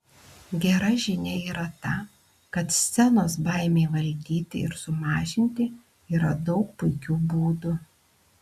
gera žinia yra ta kad scenos baimei valdyti ir sumažinti yra daug puikių būdų